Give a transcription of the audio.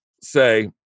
say